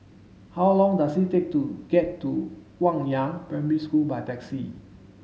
how long does it take to get to Guangyang Primary School by taxi